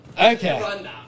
Okay